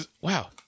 Wow